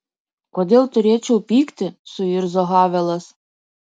kodėl turėčiau pykti suirzo havelas